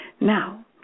Now